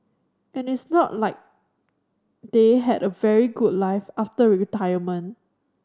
and it's not like they had a very good life after retirement